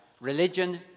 religion